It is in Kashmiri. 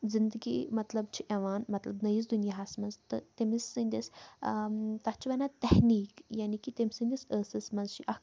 زِندگی مطلب چھِ یِوان مطلب نٔیِس دُنیاہَس منٛز تہٕ تٔمِس سٕنٛدِس تَتھ چھِ وَنان تحنیٖق یعنی کہِ تٔمۍ سٕنٛدِس ٲسَس منٛز چھِ اَکھ